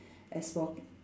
as for